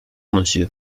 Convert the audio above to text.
monsieur